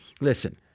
Listen